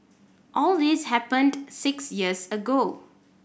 all this happened six years ago